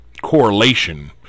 correlation